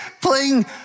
playing